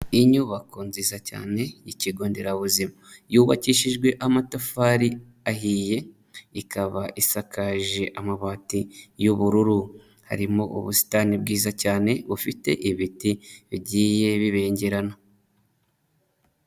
Inyubako nziza cyane y'ikigo nderabuzima yubakishijwe amatafari ahiye ikaba isakaje amabati y'ubururu, harimo ubusitani bwiza cyane bufite ibiti bigiye bibengerana.